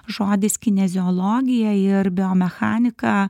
žodis kineziologija ir biomechanika